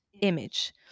image